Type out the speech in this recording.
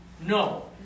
No